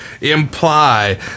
imply